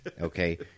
okay